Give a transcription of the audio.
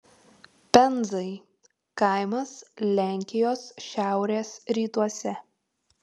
penzai kaimas lenkijos šiaurės rytuose